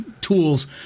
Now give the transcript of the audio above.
tools